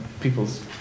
people's